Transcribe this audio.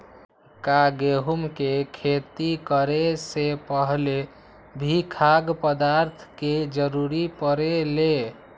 का गेहूं के खेती करे से पहले भी खाद्य पदार्थ के जरूरी परे ले?